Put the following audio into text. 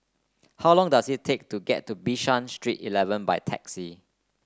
how long does it take to get to Bishan Street Eleven by taxi